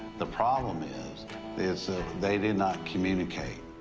the problem is is they did not communicate.